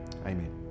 amen